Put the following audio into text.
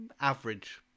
average